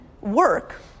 work